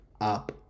up